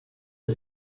the